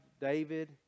David